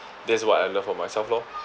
that's what I love about myself lor